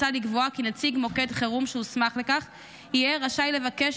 מוצע לקבוע כי נציג מוקד חירום שהוסמך לכך יהיה רשאי לבקש